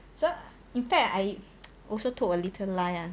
so in fact I also told a little lie ah